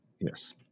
Yes